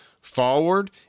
forward